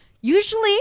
Usually